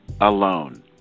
Alone